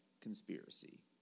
Conspiracy